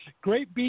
Great